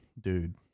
dude